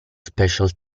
special